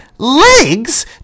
legs